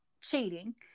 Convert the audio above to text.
cheating